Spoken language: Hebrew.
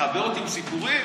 לחבר אותי עם סיפורים?